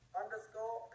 underscore